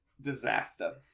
Disaster